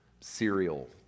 cereal